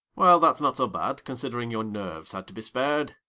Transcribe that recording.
well, that's not so bad, considering your nerves had to be spared.